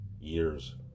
years